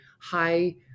high